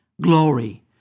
glory